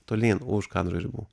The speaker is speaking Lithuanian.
tolyn už kadro ribų